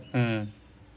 mm